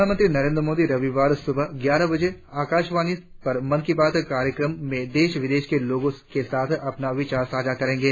प्रधानमंत्री नरेंद्र मोदी रविवार सुबह ग्यारह बजे आकाशवाणी पर मन की बात कार्यक्रम में देश विदेश के लोगों के साथ अपने विचार सांझा करेंगे